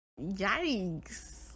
Yikes